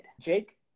Jake